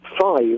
five